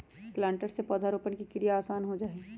planter से पौधरोपण के क्रिया आसान हो जा हई